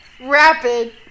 rapid